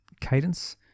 cadence